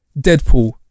deadpool